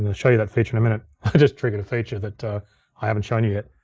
and show you that feature in a minute. i just triggered a feature that i haven't shown you yet.